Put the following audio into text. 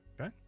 okay